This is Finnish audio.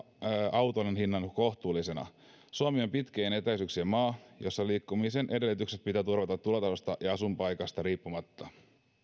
autoilun hinnan kohtuullisena suomi on pitkien etäisyyksien maa jossa liikkumisen edellytykset pitää turvata tulotasosta ja asuinpaikasta riippumatta